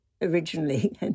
originally